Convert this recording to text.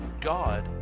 God